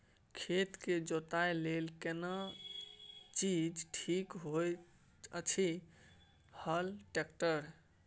खेत के जोतय लेल केना चीज ठीक होयत अछि, हल, ट्रैक्टर?